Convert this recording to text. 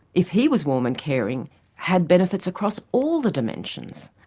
if he was warm and caring had benefits across all the dimensions.